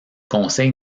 conseil